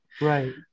right